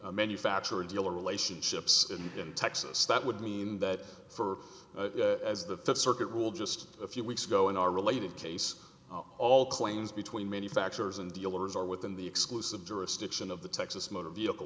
the manufacture of dealer relationships and in texas that would mean that for as the fifth circuit rule just a few weeks ago in our related case all claims between manufacturers and dealers are within the exclusive jurisdiction of the texas motor vehicle